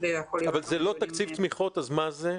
זה לא תקציב תמיכות אז מה זה?